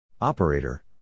Operator